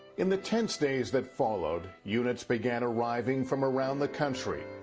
in the tense days that followed, units began arriving from around the country.